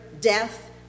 death